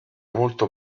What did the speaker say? molto